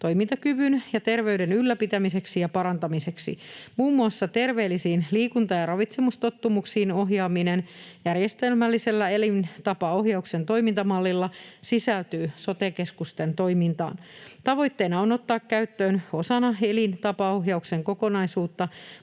toimintakyvyn ja terveyden ylläpitämiseksi ja parantamiseksi. Muun muassa terveellisiin liikunta‑ ja ravitsemustottumuksiin ohjaaminen järjestelmällisellä elintapaohjauksen toimintamallilla sisältyy sote-keskusten toimintaan. Tavoitteena on ottaa käyttöön osana elintapaohjauksen kokonaisuutta